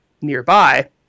nearby